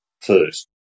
first